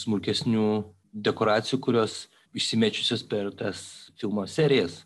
smulkesnių dekoracijų kurios išsimėčiusios per tas filmo serijas